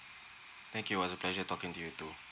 thank you it was a pleasure talking to you too